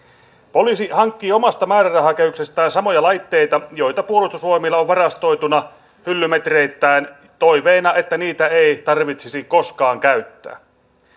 poliisi hankkii omasta määrärahakehyksestään samoja laitteita joita puolustusvoimilla on varastoituna hyllymetreittäin toiveena että niitä ei tarvitsisi koskaan käyttää